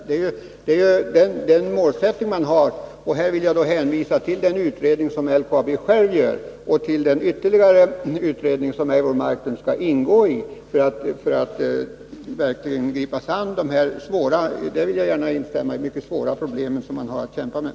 Det är den målsättning man har, och här vill jag hänvisa till den utredning som LKAB självt gör och till den ytterligare utredning med landshövding Lassinantti som ordförande och som Eivor Marklund skall ingå i för att verkligen gripa sig an de mycket svåra problem — att de är svåra vill jag instämma i — som man har att kämpa med.